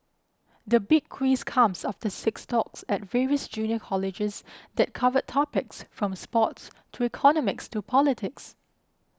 the Big Quiz comes after six talks at various junior colleges that covered topics from sports to economics to politics